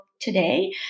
today